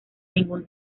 ningún